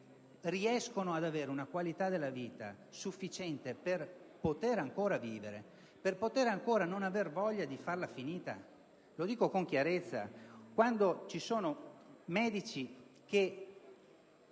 riescono ad avere una qualità della vita sufficiente per poter ancora vivere, per scacciare la voglia di farla finita (lo dico con chiarezza); quando ci sono medici che